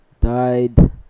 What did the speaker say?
died